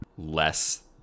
less